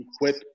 equip